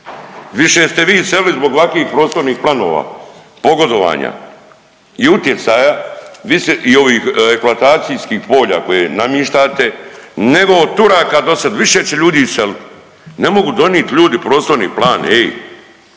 Više ste vi iselili zbog ovakvih prostornih planova, pogodovanja i utjecaja i ovih eksploatacijskih polja koje namištate nego od Turaka dosad više će ljudi iselit, ne mogu donit ljudi prostorni plan